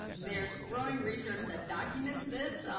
there's growing research that documents this,